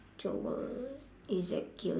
joel ezekiel